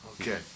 Okay